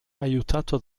aiutato